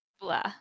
blah